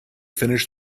finish